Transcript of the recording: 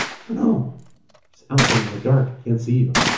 i don't know. it's out there in the dark. i can't see you.